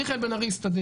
מיכאל בן ארי יסתדר,